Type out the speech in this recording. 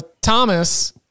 Thomas